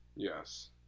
Yes